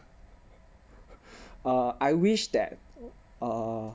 err I wish that err